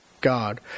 God